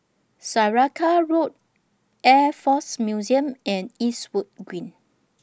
Saraca Road Air Force Museum and Eastwood Green